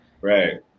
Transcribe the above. right